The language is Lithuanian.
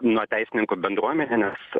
nuo teisininkų bendruomenė nes